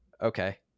okay